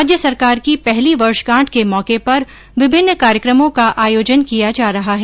राज्य सरकार की पहली वर्षगांठ के मौके पर विभन्न कार्यकमों का आयोजन किया जा रहा है